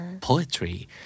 poetry